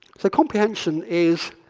so comprehension is